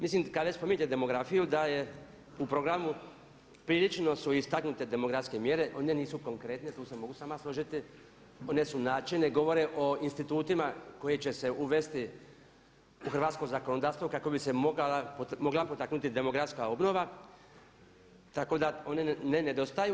Mislim kad već spominjete demografiju da u programu prilično su istaknute demografske mjere, one nisu konkretne tu se mogu s vama složiti, one su načelne i govore i o institutima koji će se uvesti u hrvatsko zakonodavstvo kako bi se mogla potaknuti demografska obnova tako da oni ne nedostaju.